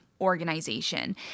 organization